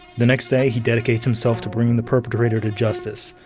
the next day, he dedicates himself to bringing the perpetrator to justice,